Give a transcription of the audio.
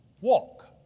Walk